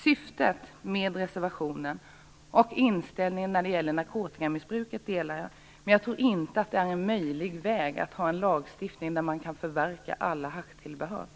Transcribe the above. Syftet med reservationen är gott, och jag delar inställningen till narkotikamissbruket, men jag tror inte att det är en möjlig väg att ha en lagstiftning där alla haschtillbehör skall kunna förverkas.